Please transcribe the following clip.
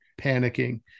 panicking